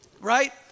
right